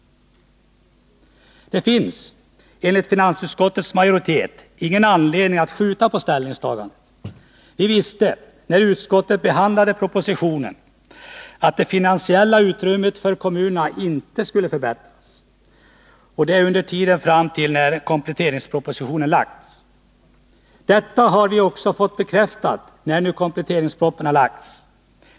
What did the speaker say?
Det finns, enligt finansutskottets majoritet, ingen anledning att skjuta på ställningstagandet. Vi visste, när utskottet behandlade propositionen, att det finansiella utrymmet för kommunerna inte skulle förbättras under tiden fram till den tidpunkt då kompletteringspropositionen skulle läggas fram. Detta har vi också fått bekräftat när nu kompletteringspropositionen har lagts fram.